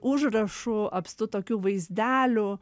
užrašų apstu tokių vaizdelių